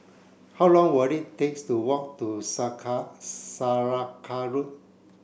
how long will it take to walk to Saraca Road